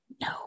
No